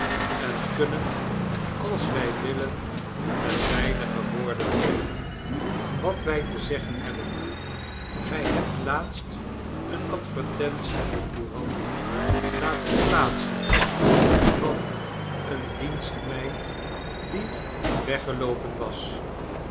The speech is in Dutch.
en kunnen als wij willen met weinige woorden zeggen wat wij te zeggen hebben gij hebt laatst eene advertentie in de courant laten plaatsen van eene dienstmeid die weggeloopen was